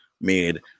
made